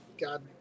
God